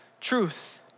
truth